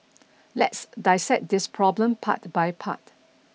let's dissect this problem part by part